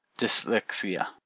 dyslexia